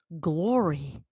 glory